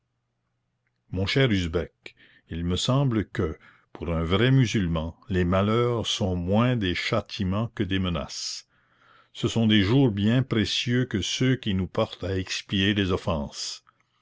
on cher usbek il me semble que pour un vrai musulman les malheurs sont moins des châtiments que des menaces ce sont des jours bien précieux que ceux qui nous portent à expier les offenses